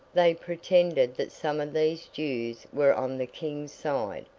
they pretended that some of these jews were on the king's side,